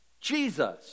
Jesus